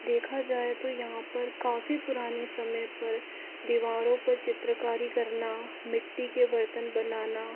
देखा जाए तो यहाँ पर काफी पुराने समय पर दिवारों पर चित्रकारी करना मिट्टी के बर्तन बनाना